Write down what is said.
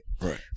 Right